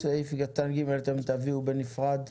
סעיף קטן ג' אתם תעבירו בנפרד.